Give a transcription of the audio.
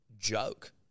joke